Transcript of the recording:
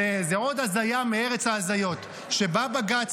זאת עוד הזיה מארץ ההזיות: בא בג"ץ